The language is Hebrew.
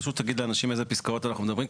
פשוט תגיד לאנשים על אילו פסקאות אנחנו מדברים,